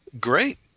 Great